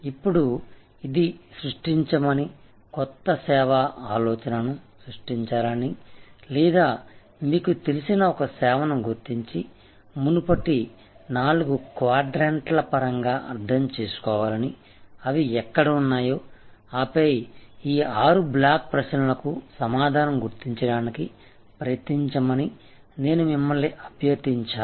ఇప్పుడు ఇది సృష్టించమని క్రొత్త సేవా ఆలోచనను సృష్టించాలని లేదా మీకు తెలిసిన ఒక సేవను గుర్తించి మునుపటి నాలుగు క్వాడ్రాంట్ల పరంగా అర్థం చేసుకోవాలని అవి ఎక్కడ ఉన్నాయో ఆపై ఈ ఆరు బ్లాక్ ప్రశ్నలకు సమాధానం గుర్తించడానికి ప్రయత్నించమని నేను మిమ్మల్ని అభ్యర్థించాను